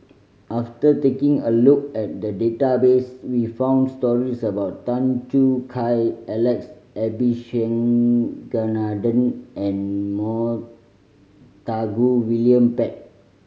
after taking a look at the database we found stories about Tan Choo Kai Alex Abisheganaden and Montague William Pett